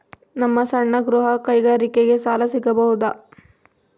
ನಮ್ಮ ಸಣ್ಣ ಗೃಹ ಕೈಗಾರಿಕೆಗೆ ಸಾಲ ಸಿಗಬಹುದಾ?